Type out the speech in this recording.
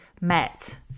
met